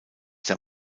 der